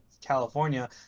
California